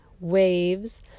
waves